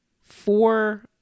four